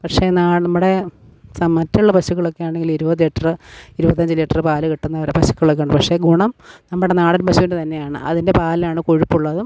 പക്ഷേ നമ്മുടെ മറ്റുള്ള പശുക്കളൊക്കെ ആണെങ്കില് ഇരുപത് ലിറ്ററ് ഇരുവത്തഞ്ചു ലിറ്ററ് പാല് കിട്ടുന്ന പശുക്കളൊക്കെ ഉണ്ട് പക്ഷേ ഗുണം നമ്മുടെ നാടൻ പശുവിൻ്റെ തന്നെയാണ് അതിൻ്റെ പാലാണ് കൊഴുപ്പുള്ളതും